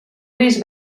gris